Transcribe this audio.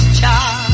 child